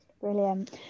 brilliant